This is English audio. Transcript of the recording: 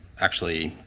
actually.